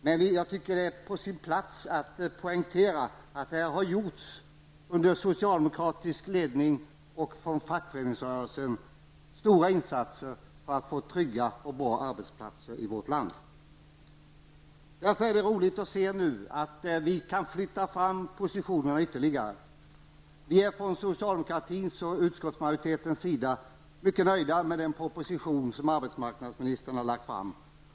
Det är emellertid på sin plats att poängtera att det av socialdemokratin och fackföreningsrörelsen har gjorts stora insatser för att det skall bli trygga och bra arbetsplatser i vårt land. Det är nu roligt att se att vi kan flytta fram positionerna ytterligare. Från socialdemokratins och utskottsmajoritetens sida är vi mycket nöjda med den proposition som arbetsmarknadsministern har lagt fram.